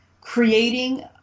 creating